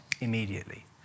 immediately